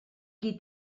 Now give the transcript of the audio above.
qui